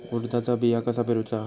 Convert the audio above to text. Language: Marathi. उडदाचा बिया कसा पेरूचा?